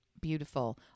beautiful